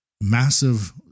massive